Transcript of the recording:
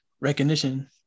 recognition